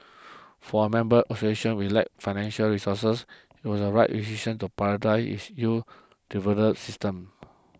for a member association we lack financial resources it was a right decision to prioritise its youth development system